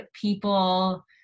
people